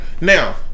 now